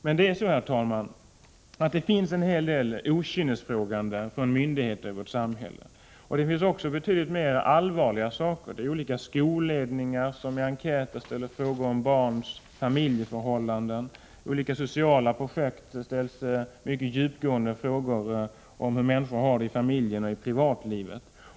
Men det finns, herr talman, en hel del okynnesfrågande från myndigheter i vårt samhälle. Det finns betydligt mer allvarliga saker. Skolledningar ställer i enkäter frågor om barns familjeförhållanden. I olika sociala projekt ställs mycket djupgående frågor om hur människor har det i familjeoch privatlivet.